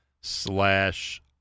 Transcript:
slash